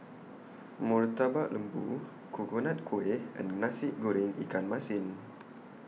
Murtabak Lembu Coconut Kuih and Nasi Goreng Ikan Masin